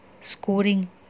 scoring